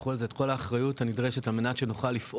לקחו על זה את כל האחריות הנדרשת על מנת שנוכל לפעול,